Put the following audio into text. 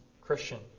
Christian